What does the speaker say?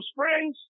Springs